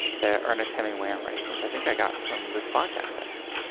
the ernest hemingway i'm reading, which i think i got from this podcast, actually.